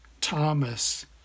Thomas